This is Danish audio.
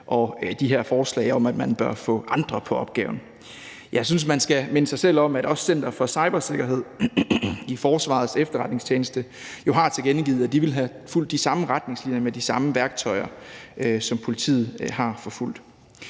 er de her forslag om, at man bør få andre på opgaven. Jeg synes, man skal minde sig selv om, at også Center for Cybersikkerhed i Forsvarets Efterretningstjeneste har tilkendegivet, at de ville have fulgt de samme retningslinjer med de samme værktøjer, som politiet har fulgt.